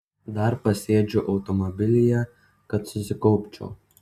dar pasėdžiu automobilyje kad susikaupčiau